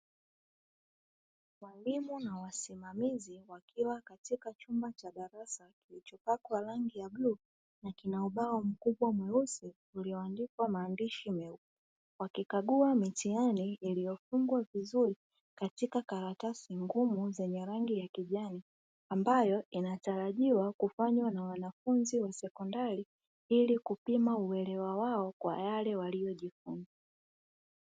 Walimu na wasimamizi wakiwa katika chumba cha darasa kilichopakwa rangi ya bluu na kina ubao mkubwa mweusi uliondikwa maandishi meupe. Wakikagua mitihani iliyofungwa vizuri katika karatasi ngumu zenye rangi ya kijani, ambayo inatarajiwa kufanywa na wanafunzi wa sekondari ili kupima uelewa wao kwa yale waliyojifunza.